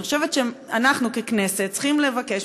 אני חושבת שאנחנו ככנסת צריכים לבקש